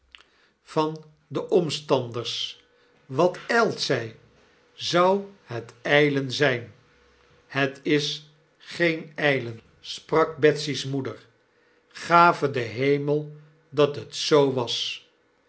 de omstanders wat tjlt zy zou het ylen zjjn het is geen glen sprak betsy's moeder gave de hemel dat het zoo ware